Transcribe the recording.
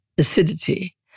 acidity